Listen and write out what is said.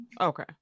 Okay